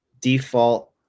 default